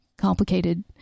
Complicated